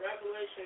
Revelation